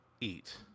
eat